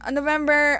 November